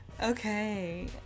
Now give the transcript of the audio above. okay